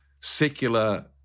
secular